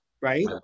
right